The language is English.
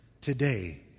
Today